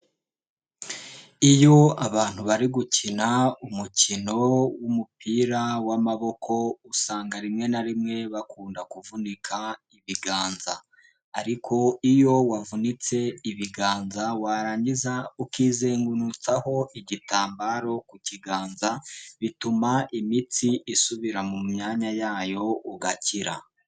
Iyo abantu bari gukina umukino w'umupira w'amaboko usanga rimwe na rimwe bakunda kuvunika ibiganza, ariko iyo wavunitse ibiganza warangiza ukizengurutsaho igitambaro ku kiganza, bituma imitsi isubira mu myanya yayo ugakira.